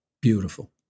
Beautiful